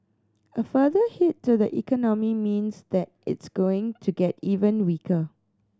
a further hit to the economy means that it's going to get even weaker